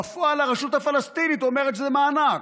בפועל הרשות הפלסטינית אומרת שזה מענק.